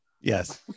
Yes